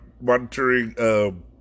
monitoring